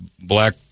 black